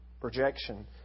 projection